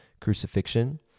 crucifixion